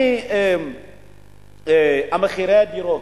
מחירי הדירות,